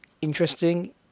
Interesting